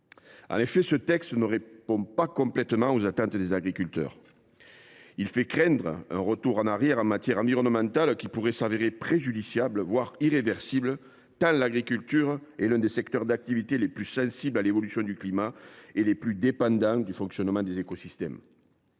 En effet, ce texte ne répond pas complètement aux attentes des agriculteurs. Il fait craindre un retour en arrière en matière environnementale qui pourrait s’avérer préjudiciable, voire irréversible, tant l’agriculture est l’un des secteurs d’activité les plus sensibles à l’évolution du climat et les plus dépendants du fonctionnement des écosystèmes.